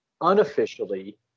unofficially